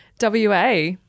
WA